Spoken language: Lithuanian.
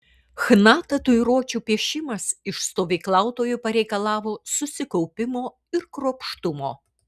chna tatuiruočių piešimas iš stovyklautojų pareikalavo susikaupimo ir kruopštumo